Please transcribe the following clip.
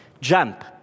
Jump